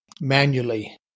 manually